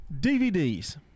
DVDs